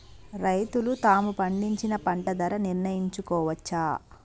రైతులు తాము పండించిన పంట ధర నిర్ణయించుకోవచ్చా?